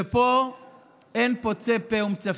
ופה אין פוצה פה ומצפצף.